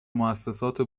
موسسات